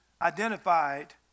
identified